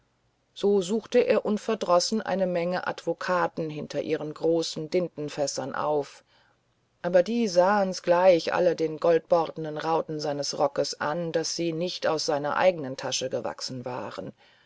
so suchte er unverdrossen eine menge advokaten hinter ihren großen dintenfässern auf aber die sahen's gleich alle den goldbortenen rauten seines rockes an daß sie nicht aus seiner eigenen tasche gewachsen waren